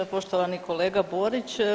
Poštovani kolega Borić.